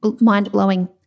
mind-blowing